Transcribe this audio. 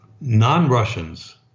non-Russians